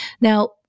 Now